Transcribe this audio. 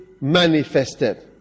manifested